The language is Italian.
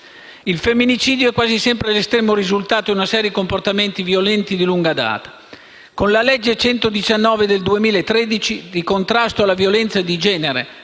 Il femminicidio è quasi sempre l'estremo risultato di una serie di comportamenti violenti di lunga data. Con la legge n. 119 del 2013 di contrasto alla violenza di genere,